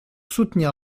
soutenir